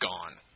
gone